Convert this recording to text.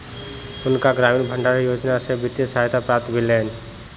हुनका ग्रामीण भण्डारण योजना सॅ वित्तीय सहायता प्राप्त भेलैन